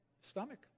Stomach